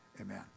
Amen